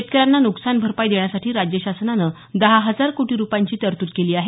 शेतकऱ्यांना न्कसान भरपाई देण्यासाठी राज्य शासनाने दहा हजार कोटी रुपयांची तरतूद केली आहे